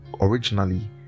originally